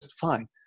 fine